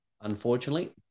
Unfortunately